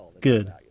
good